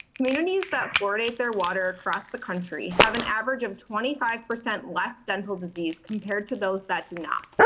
communities that fluoridate their water across the country have an average of twenty five percent less dental disease compared to those that do not.